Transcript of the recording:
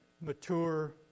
mature